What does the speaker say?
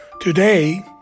Today